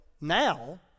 now